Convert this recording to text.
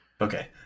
Okay